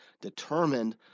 determined